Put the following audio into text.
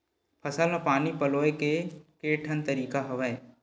फसल म पानी पलोय के केठन तरीका हवय?